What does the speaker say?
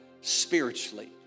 spiritually